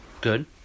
Good